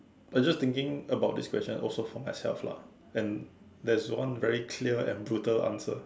I just thinking about this question also for myself lah and there's this one very clear and brutal answer